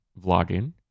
vlogging